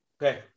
Okay